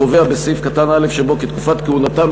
קובע בסעיף קטן (א) שבו כי תקופת כהונתם